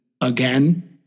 again